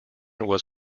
was